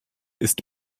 ist